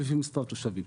לפי מספר תושבים".